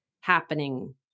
happening